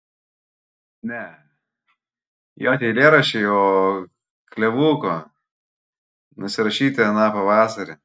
ne jo tie eilėraščiai o klevuko nusirašyti aną pavasarį